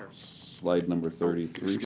slide number thirty three.